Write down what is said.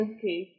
Okay